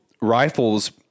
rifles